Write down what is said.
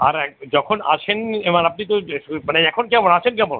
আর এ যখন আসেন মানে আপনি তো যে মানে এখন কেমন আছেন কেমন